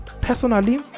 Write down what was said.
personally